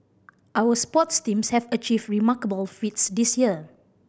our sports teams have achieve remarkable feats this year